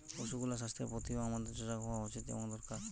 পশুগুলার স্বাস্থ্যের প্রতিও আমাদের সজাগ হওয়া উচিত এবং দরকার